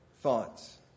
thoughts